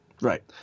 Right